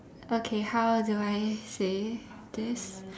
okay how do I say this